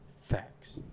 Facts